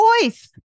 voice